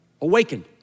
awakened